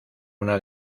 una